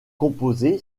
composé